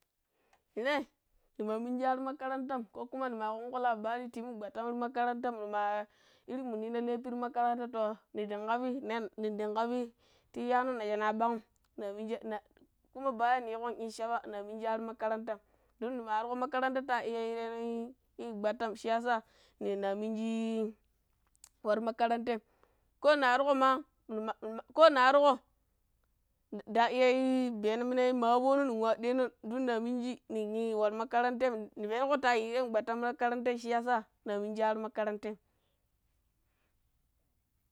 Ne, ne maa minyii aro̱ makarantam, ko kuma ne maa ƙungƙo labari ta yiimu gbattam ti makaranta muni ma irin minu yiina laifi ti makaranta to nindang ƙabi ne nin dang ƙabi ti iyaano̱ nasha naa bang'um kuuma ɓayan ne nyiiƙon shaba, noa miniji waro̱ makaranteem don ne maa warƙo makaranta ta iya yiireno̱, ii gbattam shi ya sa, naa minyii waro̱, makarantan ƙo na warƙo ma ƙo na warƙo nda iya biyeeno̱ mina ma a̱boono nen wa ɗeeno̱n don naa minjiji nen ii waro makaranteem ne penuko tta yiiree gbattam ti makarantai shi ya sa na mingi harru makaratam.